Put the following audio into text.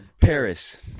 paris